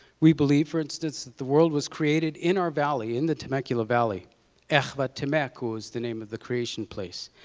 we believe, for instance, that the world was created in our valley, in the temecula valley ah but by was the name of the creation place.